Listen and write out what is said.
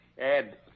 Ed